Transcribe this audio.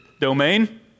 domain